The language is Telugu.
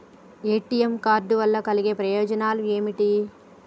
ఏ.టి.ఎమ్ కార్డ్ వల్ల కలిగే ప్రయోజనాలు ఏమిటి?